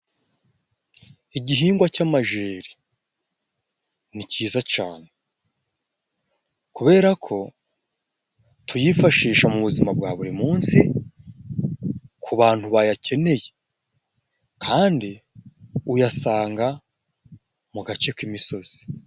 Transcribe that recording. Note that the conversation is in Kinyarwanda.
Igihingwa cy'amajeri ni cyiza cyane, kubera ko tuyifashisha mu buzima bwa buri munsi, ku bantu bayakeneye, kandi uyasanga mu gace k'imisozi.